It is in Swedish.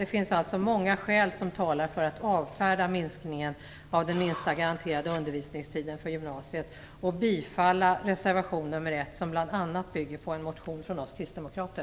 Det finns alltså många skäl som talar för att avfärda minskningen av den minsta garanterade undervisniningstiden för gymnasiet och bifalla reservation 1, som bl.a. bygger på en motion från oss kristdemokrater.